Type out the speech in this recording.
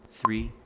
three